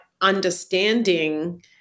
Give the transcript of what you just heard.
understanding